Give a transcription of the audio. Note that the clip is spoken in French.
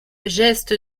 geste